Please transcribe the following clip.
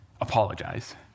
apologize